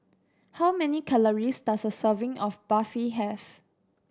how many calories does a serving of Barfi have